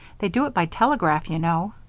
they do it by telegraph, you know.